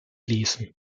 ließen